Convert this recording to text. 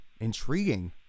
intriguing